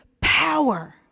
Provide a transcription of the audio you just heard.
power